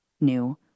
new